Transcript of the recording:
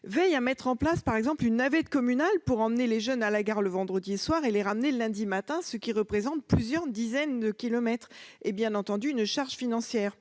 -veillent à mettre en place une navette communale pour emmener les jeunes à la gare le vendredi soir et les ramener le lundi matin, ce qui représente plusieurs dizaines de kilomètres et, bien entendu, une charge financière.